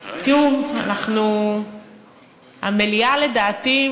תראו, המליאה הבוקר, לדעתי,